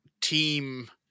team